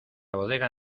bodega